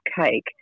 cake